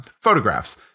photographs